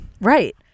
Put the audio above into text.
Right